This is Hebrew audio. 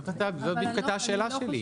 זו בדיוק הייתה השאלה שלי.